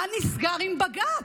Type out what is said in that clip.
מה נסגר עם בג"ץ?